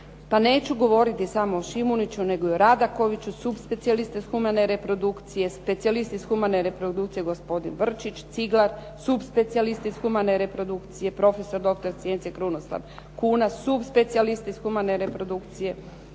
pa neću govoriti samo o Šimuniću, nego i o Radakoviću, subspecijalistu s humane reprodukcije, specijalisti s humane reprodukcije gospodin Vrčić, Ciglar, subspecijalist s humane reprodukcije